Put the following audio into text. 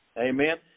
Amen